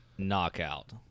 Knockout